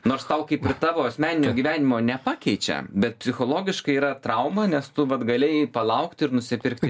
nors tau kaip ir tavo asmeninio gyvenimo nepakeičia bet psichologiškai yra trauma nes tu vat galėjai palaukti ir nusipirkti